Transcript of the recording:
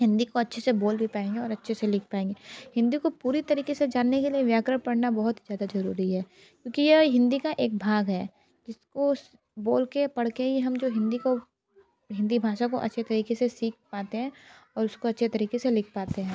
हिंदी को अच्छे से बोल भी पाएंगे और अच्छे से लिख पाएंगे हिंदी को पूरी तरीके से जानने के लिए व्याकरण पढ़ना बहुत ही ज़्यादा ज़रूरी है क्योंकि यह हिंदी का एक भाग है जिसको बोल कर पढ़ कर ही हम जो हिंदी को हिंदी भाषा को अच्छे तरीके से सीख पाते हैं और उसको अच्छे तरीके से लिख पाते हैं